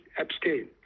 abstain